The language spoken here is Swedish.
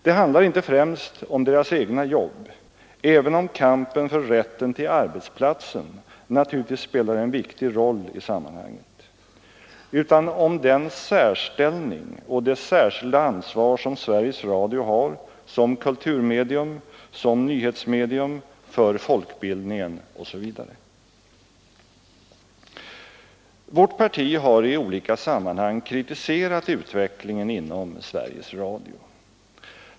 Det handlar inte främst om deras egna jobb, även om kampen för rätten till arbetsplatsen naturligtvis spelar en viktig roll i sammanhanget, utan om den särställning och det särskilda ansvar som Sveriges Radio har som kulturmedium, som nyhetsmedium, för folkbildningen osv. Vårt parti har i olika sammanhang kritiserat utvecklingen inom Sveriges Radio.